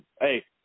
hey